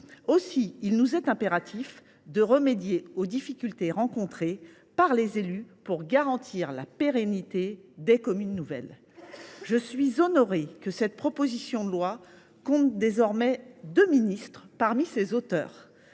est donc impératif de remédier aux difficultés rencontrées par les élus pour garantir la pérennité des communes nouvelles. Je suis honorée que cette proposition de loi compte deux ministres actuels parmi ses auteurs